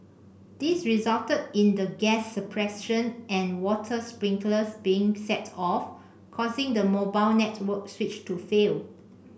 this resulted in the gas suppression and water sprinklers being set off causing the mobile network switch to fail